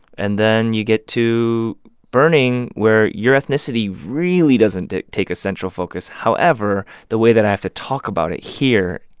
and then you get to burning, where your ethnicity really doesn't take take a central focus however, the way that i have to talk about it here,